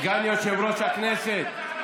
סגן יושב-ראש הכנסת,